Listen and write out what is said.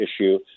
issue